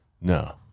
No